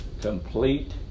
complete